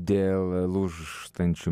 dėl lūžtančių